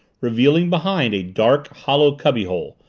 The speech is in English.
revealing behind a dark, hollow cubbyhole,